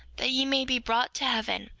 that you may be brought to heaven,